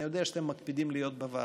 אני יודע שאתם מקפידים להיות בוועדות.